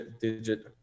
digit